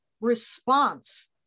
response